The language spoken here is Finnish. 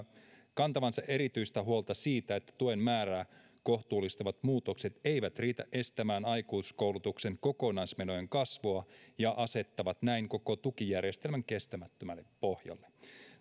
kantavansa erityistä huolta siitä että tuen määrää kohtuullistavat muutokset eivät riitä estämään aikuiskoulutuksen kokonaismenojen kasvua ja asettavat näin koko tukijärjestelmän kestämättömälle pohjalle